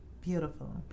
Beautiful